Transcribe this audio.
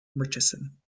murchison